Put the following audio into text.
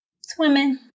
swimming